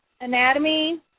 anatomy